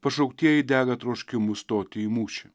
pašauktieji dega troškimu stoti į mūšį